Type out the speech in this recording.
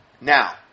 now